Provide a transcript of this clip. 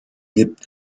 gibt